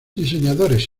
diseñadores